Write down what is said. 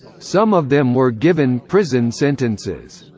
some of them were given prison sentences.